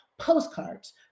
postcards